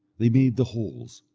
they made the holes,